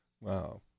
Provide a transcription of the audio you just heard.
Wow